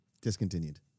Discontinued